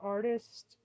Artist